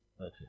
Okay